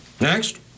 Next